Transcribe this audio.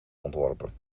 ontworpen